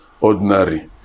ordinary